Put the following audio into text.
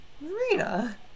Marina